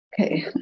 Okay